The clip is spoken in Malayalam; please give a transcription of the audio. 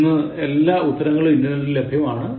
ഇന്ന് എല്ലാ ഉത്തരങ്ങളും ഇന്റർനെറ്റിൽ ലഭ്യമാണ്